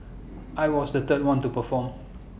I was the third one to perform